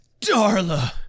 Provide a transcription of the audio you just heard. Darla